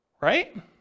right